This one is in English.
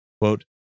quote